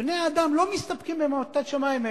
בני-האדם לא מסתפקים במתת שמים,